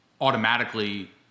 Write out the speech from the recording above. automatically